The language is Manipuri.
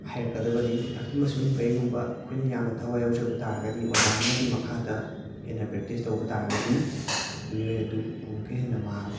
ꯍꯩꯔꯛꯀꯗꯕꯅꯤ ꯑꯗꯨ ꯑꯃꯁꯨꯡ ꯀꯔꯤꯒꯨꯝꯕ ꯑꯩꯈꯣꯏꯅ ꯌꯥꯝꯅ ꯊꯋꯥꯏ ꯋꯥꯎꯖꯕ ꯇꯥꯔꯒꯗꯤ ꯑꯣꯖꯥ ꯑꯃꯒꯤ ꯃꯈꯥꯗ ꯍꯦꯟꯅ ꯄ꯭ꯔꯦꯛꯇꯤꯁ ꯇꯧꯕ ꯇꯥꯔꯒꯗꯤ ꯃꯤꯑꯣꯏ ꯑꯗꯨ ꯑꯃꯨꯛꯀ ꯍꯦꯟꯅ ꯃꯍꯥꯛ